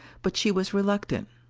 but she was reluctant,